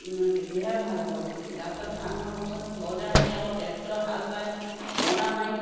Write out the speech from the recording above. তেতিয়াহে ভাল হ'ব খেতি তাৰপাছত ধান হোৱা পাছত ঘৰলৈ আনি আকৌ ট্ৰেক্টৰে হাল বাই মৰণা মাৰি